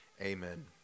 amen